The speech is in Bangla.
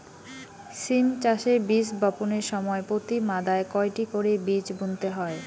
সিম চাষে বীজ বপনের সময় প্রতি মাদায় কয়টি করে বীজ বুনতে হয়?